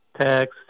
text